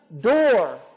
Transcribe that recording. door